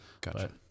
Gotcha